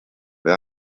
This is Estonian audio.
või